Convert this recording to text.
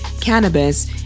cannabis